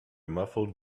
muffled